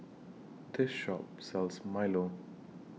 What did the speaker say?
This Shop sells Milo